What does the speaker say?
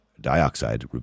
dioxide